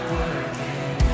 working